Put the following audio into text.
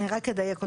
אני רק אדייק אותך.